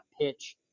pitch